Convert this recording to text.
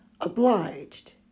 OBLIGED